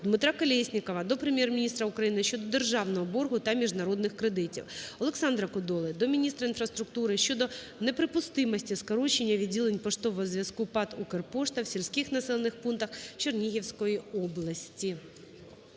Дмитра Колєснікова до Прем'єр-міністра України щодо державного боргу та міжнародних кредитів. Олександра Кодоли до міністра інфраструктури щодо неприпустимості скорочення відділень поштового зв'язку ПАТ "Укрпошта" в сільських населених пунктах Чернігівської області.